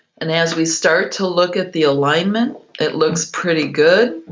and as we start to look at the alignment, it looks pretty good,